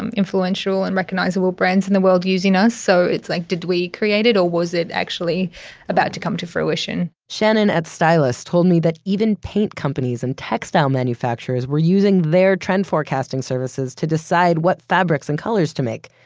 um influential and recognizable brands in the world using us so it's like, did we create it or was it actually about to come to fruition shannon at stylus told me that even paint companies and textile manufacturers were using their trend forecasting services to decide which fabrics and colors to make,